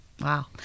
Wow